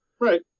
Right